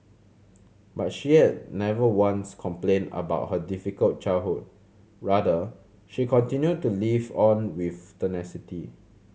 but she has never once complained about her difficult childhood rather she continued to live on with tenacity